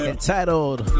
Entitled